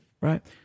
Right